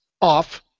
off